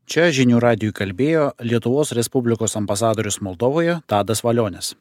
čia žinių radijui kalbėjo lietuvos respublikos ambasadorius moldovoje tadas valionis